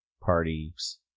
parties